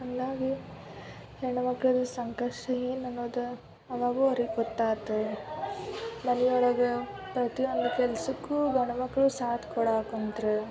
ಅಂದಾಗ ಹೆಣ್ಣು ಮಕ್ಳದ್ದು ಸಂಕಷ್ಟ ಏನು ಅನ್ನೋದು ಅವಾಗೂ ಅವ್ರಿಗೆ ಗೊತ್ತಾತು ಮನೆ ಒಳಗೆ ಪ್ರತಿ ಒಂದು ಕೆಲಸಕ್ಕೂ ಗಂಡ್ ಮಕ್ಳು ಸಾಥ್ ಕೊಡಕುಂತ್ರು